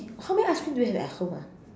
how many ice cream do we have at home ah